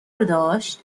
داشت